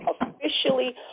officially